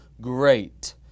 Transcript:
great